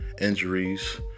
injuries